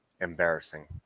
embarrassing